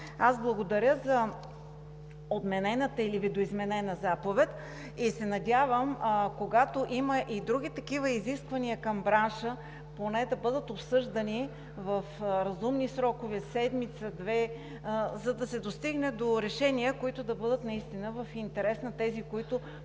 Аз благодаря за отменената или видоизменена заповед и се надявам когато има и други такива изисквания към бранша, поне да бъдат обсъждани в разумни срокове – седмица, две, за да се достигне до решения, които да бъдат наистина в интерес на онези, които